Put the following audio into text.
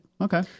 Okay